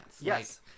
yes